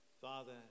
Father